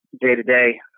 day-to-day